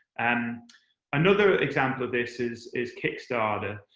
and another example of this is is kickstarter.